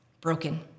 broken